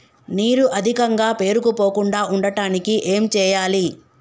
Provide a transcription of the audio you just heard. నీరు అధికంగా పేరుకుపోకుండా ఉండటానికి ఏం చేయాలి?